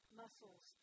muscles